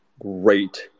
great